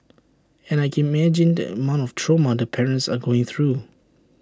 and I can imagine the amount of trauma the parents are going through